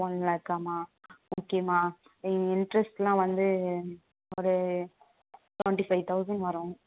one லேக்காம்மா ஓகேம்மா இங்கே இன்ட்ரெஸ்டெலாம் வந்து ஒரு ட்வெண்ட்டி ஃபை தௌசண்ட் வரும்